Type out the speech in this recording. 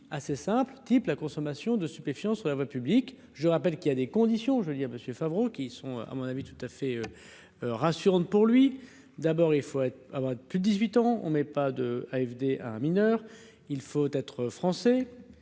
assez simple type la consommation de stupéfiants sur la voie publique, je rappelle qu'il y a des conditions je allais dire monsieur Favreau qui sont à mon avis tout à fait rassurante pour lui d'abord, il faut être avant que 18 ans on met pas de AFD un mineur, il faut être français,